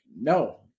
no